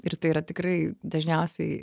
ir tai yra tikrai dažniausiai